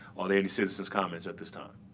are there any citizen's comments at this time?